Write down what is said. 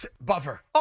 Buffer